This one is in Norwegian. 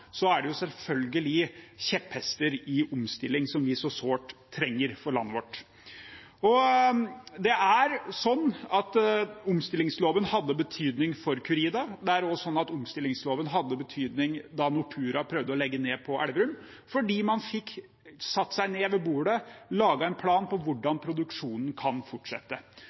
er det kjepphester i omstillingen som vi så sårt trenger for landet vårt. Omstillingsloven hadde betydning for Curida. Omstillingsloven hadde også betydning da Nortura prøvde å legge ned på Elverum, fordi man fikk satt seg ned ved bordet og lagt en plan for hvordan produksjonen kunne fortsette.